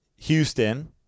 Houston